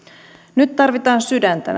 nyt tarvitaan sydäntä